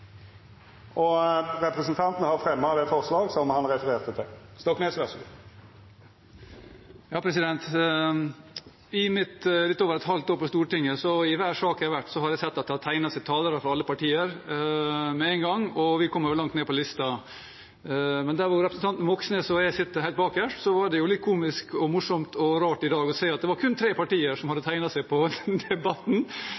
lønnskommisjonen. Representanten Bjørnar Moxnes har teke opp dei forslaga han refererte til. Dei talarane som heretter får ordet, har ei taletid på inntil 3 minutt. I mitt litt over et halvt år på Stortinget har jeg, i hver sak jeg har vært med på, sett at det har tegnet seg talere fra alle partier med én gang, og vi kommer jo langt ned på lista. Men der hvor representanten Moxnes og jeg sitter – helt bakerst – var det jo litt komisk og morsomt og rart i dag å se at det var kun tre partier